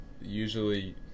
usually